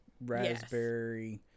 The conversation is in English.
raspberry